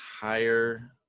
higher